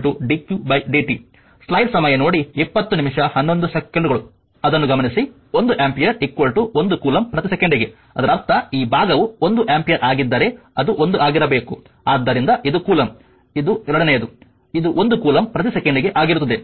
ಆದ್ದರಿಂದ ಮೂಲತಃ i dqdt ಅದನ್ನು ಗಮನಿಸಿ 1 ಆಂಪಿಯರ್ 1 ಕೂಲಂಬ್ ಪ್ರತಿ ಸೆಕೆಂಡಿಗೆ ಅದರ ಅರ್ಥ ಈ ಭಾಗವು 1 ಆಂಪಿಯರ್ ಆಗಿದ್ದರೆ ಅದು 1 ಆಗಿರಬೇಕು ಆದ್ದರಿಂದ ಇದು ಕೂಲಂಬ್ ಇದು ಎರಡನೆಯದು ಇದು 1 ಕೂಲಂಬ್ ಪ್ರತಿ ಸೆಕೆಂಡಿಗೆ ಆಗಿರುತ್ತದೆ